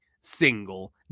single